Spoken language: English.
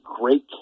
great